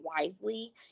wisely